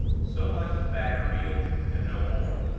so much the bag revealed, and no more.